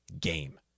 game